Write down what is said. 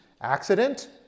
accident